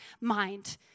mind